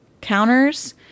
counters